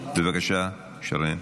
נכבדה, אורחים אהובים ויקרים